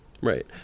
right